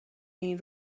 این